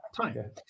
time